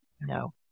no